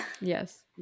yes